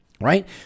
right